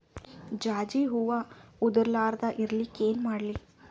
ಜಾಜಿ ಹೂವ ಉದರ್ ಲಾರದ ಇರಲಿಕ್ಕಿ ಏನ ಮಾಡ್ಲಿ?